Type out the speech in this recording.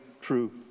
true